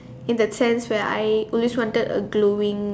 in that sense where I always wanted a glowing